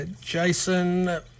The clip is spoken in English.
Jason